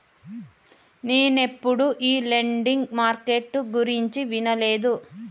నేనెప్పుడు ఈ lending market గురించి వినలే